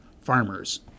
farmers